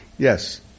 Yes